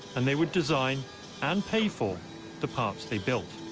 and they would design and pay for the parts they built.